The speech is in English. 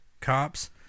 cops